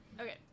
okay